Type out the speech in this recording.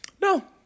no